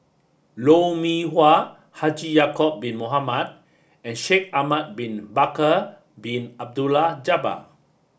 Lou Mee Wah Haji Ya'acob bin Mohamed and Shaikh Ahmad bin Bakar Bin Abdullah Jabbar